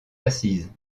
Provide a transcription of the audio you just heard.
assises